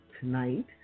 tonight